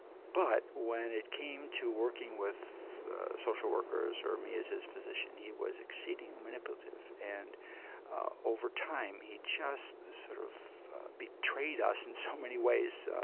but when it came to working with social workers or me as his physician, he was exceedingly manipulative. and over time, he just sort of betrayed us in so many ways.